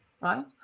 Right